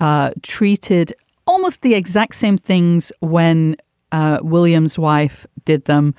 ah treated almost the exact same things when ah william's wife did them,